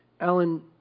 Alan